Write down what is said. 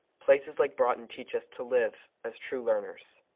places like broughton teach us to live as true learners.